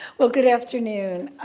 well, good afternoon.